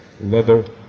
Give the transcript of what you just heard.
leather